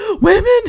women